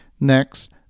Next